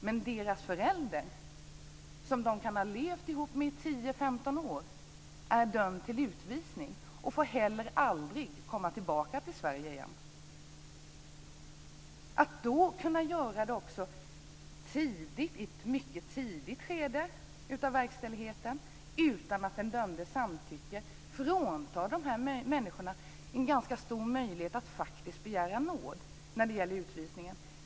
Men föräldern, som de kan ha levt ihop med under 10-15 år, är dömd till utvisning och får heller aldrig komma tillbaka till Sverige igen. Att då kunna göra detta också i ett mycket tidigt skede av verkställigheten utan att den dömde samtycker fråntar dessa människor en ganska stor möjlighet att faktiskt begära nåd när det gäller utvisningen.